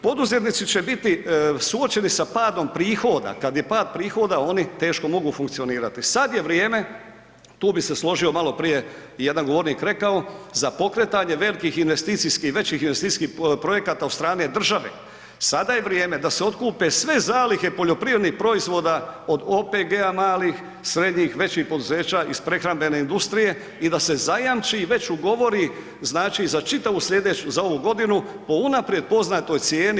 Poduzetnici će biti suočeni sa padom prihoda, kad je pad prihoda oni teško mogu funkcionirati, sad je vrijeme, tu bi se složio malo prije jedan govornik je rekao za pokretanje velikih investicijskih, većih investicijskih projekata od strane države, sada je vrijeme da se otkupe sve zalihe poljoprivrednih proizvoda od OPG-a, malih, srednjih, većih poduzeća iz prehrambene industrije i da se zajamči i već ugovori znači za čitavu sljedeću, za ovu godinu po unaprijed poznatoj cijeni.